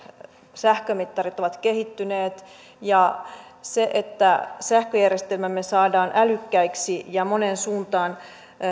sähkömittarit ovat kehittyneet se että sähköjärjestelmämme saadaan älykkäiksi ja moneen suuntaan